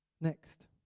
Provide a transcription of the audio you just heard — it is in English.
Next